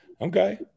Okay